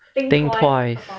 think twice